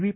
V